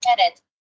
Edit